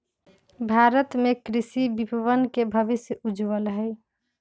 भारत में कृषि विपणन के भविष्य उज्ज्वल हई